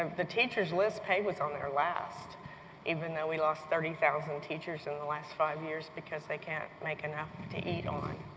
um the teachers list pay was on the last even though we lost thirty thousand teachers in the last five years because they cannot make enough to eat on,